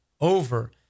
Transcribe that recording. over